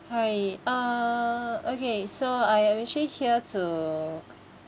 hi uh okay so I'm actually here to